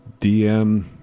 DM